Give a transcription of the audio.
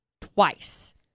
twice